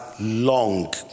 Long